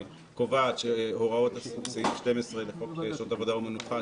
שקובעת שהוראות סעיף 12 לחוק שעות עבודה ומנוחה,